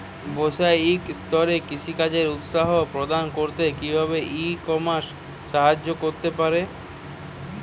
বৈষয়িক স্তরে কৃষিকাজকে উৎসাহ প্রদান করতে কিভাবে ই কমার্স সাহায্য করতে পারে?